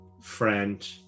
friend